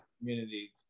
community